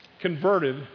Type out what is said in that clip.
converted